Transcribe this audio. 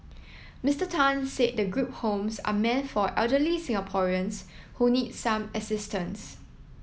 Mister Tan said the group homes are meant for elderly Singaporeans who need some assistance